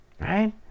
Right